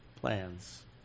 plans